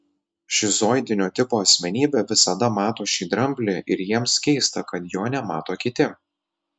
šizoidinio tipo asmenybė visada mato šį dramblį ir jiems keista kad jo nemato kiti